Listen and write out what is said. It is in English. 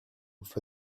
for